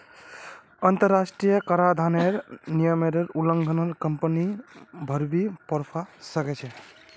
अंतरराष्ट्रीय कराधानेर नियमेर उल्लंघन कंपनीक भररी पोरवा सकछेक